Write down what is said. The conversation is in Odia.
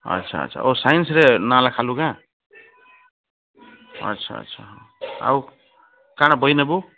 ଆଛା ଆଛା ଓ ସାଇନ୍ସରେ ନା ଲେଖାଇଲୁ କାଣା ଆଛା ଆଛା ଆଉ କାଣା ବହି ନେବୁ